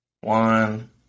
one